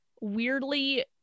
weirdly